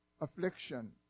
affliction